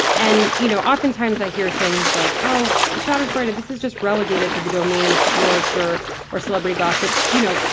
and, you know, oftentimes, i hear things like, oh, the schadenfreude, and this is just relegated to the domain of sports or or celebrity gossip, you know,